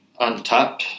untap